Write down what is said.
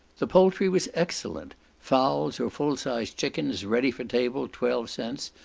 the poultry was excellent fowls or full-sized chickens, ready for table, twelve cents,